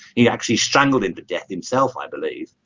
he actually strangled him to death himself. i believe